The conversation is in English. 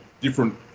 different